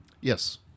Yes